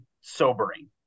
sobering